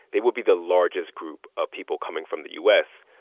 they will be the largest group of people coming from the u s.